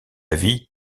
vit